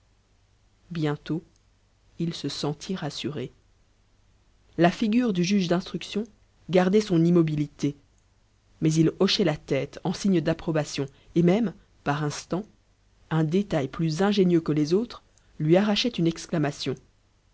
bientôt il se sentit rassuré la figure du juge d'instruction gardait son immobilité mais il hochait la tête en signe d'approbation et même par instants un détail plus ingénieux que les autres lui arrachait une exclamation